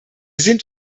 sind